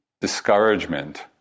discouragement